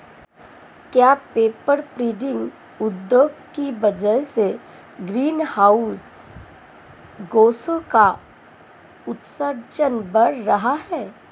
क्या paper printing उद्योग की वजह से ग्रीन हाउस गैसों का उत्सर्जन बढ़ रहा है?